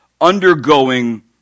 undergoing